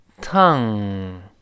tongue